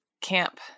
camp